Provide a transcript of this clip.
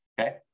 Okay